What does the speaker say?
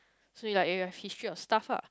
so it like it has history or stuff lah